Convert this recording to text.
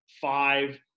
five